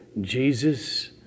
Jesus